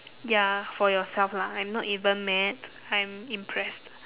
ya for yourself lah I am not even mad I am impressed